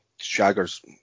Shaggers